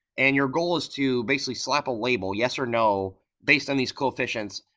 and your goal is to basically slap a label, yes or no, based on these coefficients,